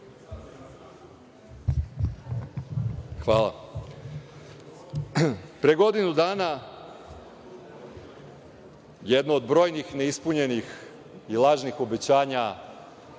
Hvala. Pre godinu dana jedno od brojnih neispunjenih i lažnih obećanja